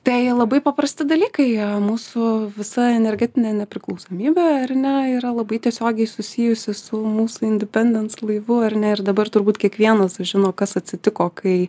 tai labai paprasti dalykai mūsų visa energetinė nepriklausomybė ar ne yra labai tiesiogiai susijusi su mūsų independense laivu ar ne ir dabar turbūt kiekvienas žino kas atsitiko kai